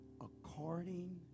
according